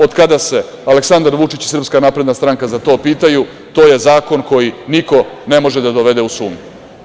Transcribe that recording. Od kada se Aleksandar Vučić i SNS za to pitaju, to je zakon koji niko ne može da dovede u sumnju.